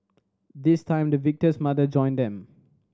this time the victim's mother joined them